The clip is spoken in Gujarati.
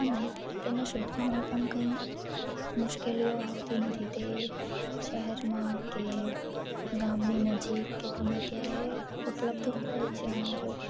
અને તેને શોધવામાં પણ કંઈ મુશ્કેલીઓ આવતી નથી તે શહેરમાં કે ગામની નજીક કે ગમે ત્યાં એ ઉપલબ્ધ હોય છે અને જો